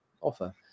offer